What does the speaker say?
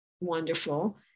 wonderful